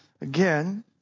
again